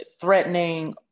threatening